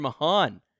Mahan